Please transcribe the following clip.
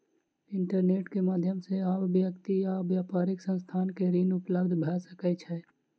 internet के माध्यम से आब व्यक्ति आ व्यापारिक संस्थान के ऋण उपलब्ध भ सकै छै